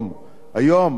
היום בבוקר,